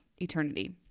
eternity